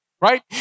right